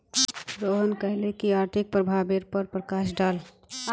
रोहन कहले की आर्थिक प्रभावेर पर प्रकाश डाल